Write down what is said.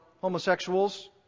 homosexuals